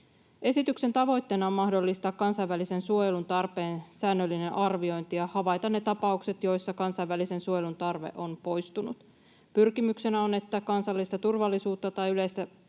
Esityksen tavoitteena on mahdollistaa kansainvälisen suojelun tarpeen säännöllinen arviointi ja havaita ne tapaukset, joissa kansainvälisen suojelun tarve on poistunut. Pyrkimyksenä on, että kansallista turvallisuutta tai yleistä järjestystä